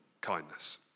kindness